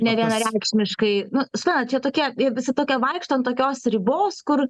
nevienareikšmiškai suprantat čia tokia visi tokie vaikšto ant tokios ribos kur